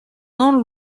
non